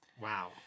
wow